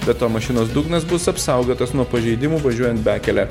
be to mašinos dugnas bus apsaugotas nuo pažeidimų važiuojant bekele